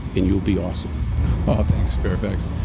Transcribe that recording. and you'll be awesome thanks, fairfax.